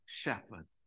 shepherd